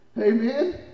Amen